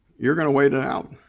you're gonna wait it out.